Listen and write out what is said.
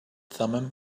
thummim